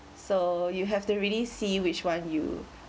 so you have to really see which one you